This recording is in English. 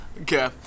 Okay